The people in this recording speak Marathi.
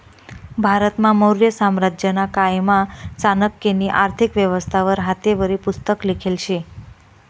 भारतमा मौर्य साम्राज्यना कायमा चाणक्यनी आर्थिक व्यवस्था वर हातेवरी पुस्तक लिखेल शे